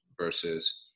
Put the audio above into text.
versus